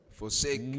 forsake